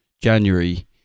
January